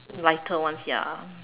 lighter ones ya